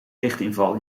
lichtinval